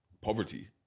poverty